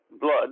blood